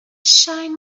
shine